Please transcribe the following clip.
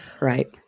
Right